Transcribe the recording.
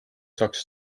saaks